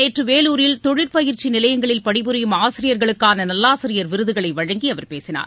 நேற்று வேலூரில் தொழிற்பயிற்சி நிலையங்களில் பணிபுரியும் ஆசிரியர்களுக்கான நல்லாசிரியர் விருதுகளை வழங்கி அவர் பேசினார்